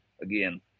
again